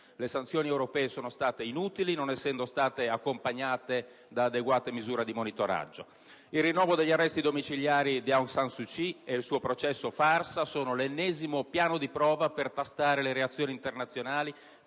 Le sanzioni europee sono state inutili non essendo state accompagnate da adeguate misure di monitoraggio. Il rinnovo degli arresti domiciliari di Aung San Suu Kyi e il suo processo farsa sono l'ennesimo piano di prova per tastare le reazioni internazionali